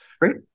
Great